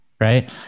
Right